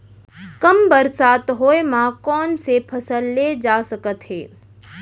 कम बरसात होए मा कौन से फसल लेहे जाथे सकत हे?